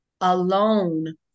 alone